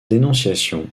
dénonciation